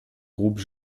groupe